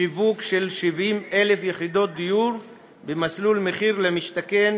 שיווק 70,000 יחידות דיור במסלול מחיר למשתכן